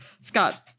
Scott